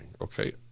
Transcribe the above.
Okay